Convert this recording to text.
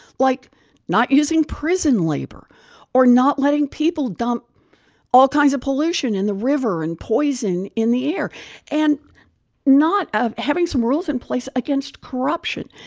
like not using prison labor or not letting people dump all kinds of pollution in the river and poison in the air and not having some rules in place against corruption.